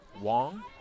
Wong